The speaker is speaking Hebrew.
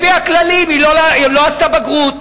לפי הכללים, היא לא עשתה בגרות.